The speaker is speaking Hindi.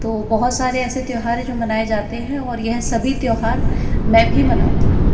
तो बहुत सारे ऐसे त्यौहार हैं जो मनाए जाते हैं और यह सभी त्यौहार मैं भी मनाती हूँ